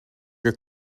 your